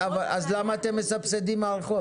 אז למה אתם מסבסדים מערכות?